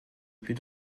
plus